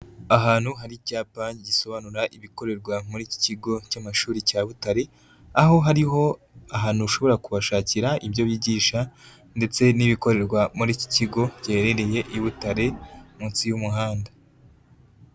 Ahantu hari icyapa gisobanura ibikorerwa muri iki kigo cy'amashuri cya Butare aho hariho ahantu ushobora kubashakira ibyo bigisha ndetse n'ibikorerwa muri iki kigo giherereye i Butare munsi y'umuhanda.